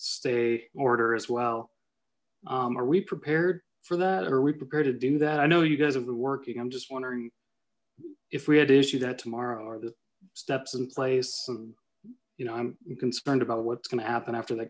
stay order as well are we prepared for that or we prepare to do that i know you guys have been working i'm just wondering if we had to issue that tomorrow or the steps in place and you know i'm concerned about what's gonna happen after th